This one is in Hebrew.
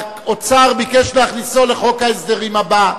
והאוצר ביקש להכניסו לחוק ההסדרים הבא.